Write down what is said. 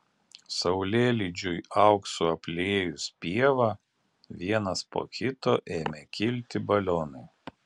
saulėlydžiui auksu apliejus pievą vienas po kito ėmė kilti balionai